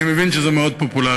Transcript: אני מבין שזה מאוד פופולרי,